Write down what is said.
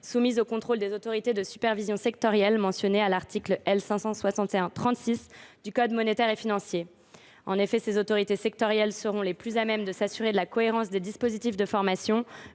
soumise au contrôle des autorités de supervision sectorielles mentionnées à l’article L. 561 36 du code monétaire et financier. En effet, ces autorités sectorielles seront les plus à même de s’assurer de la cohérence des dispositifs de formation